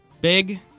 Big